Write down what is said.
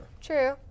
True